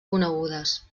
conegudes